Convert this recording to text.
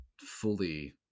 fully